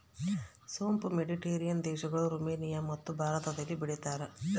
ಸೋಂಪು ಮೆಡಿಟೇರಿಯನ್ ದೇಶಗಳು, ರುಮೇನಿಯಮತ್ತು ಭಾರತದಲ್ಲಿ ಬೆಳೀತಾರ